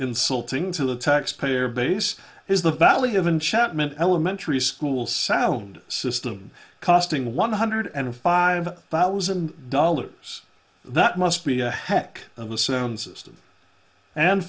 insulting to the taxpayer base is the value of an chapman elementary school sound system costing one hundred and five thousand dollars that must be a heck of a sound system and